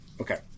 Okay